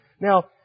Now